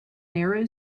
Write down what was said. narrow